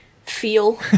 feel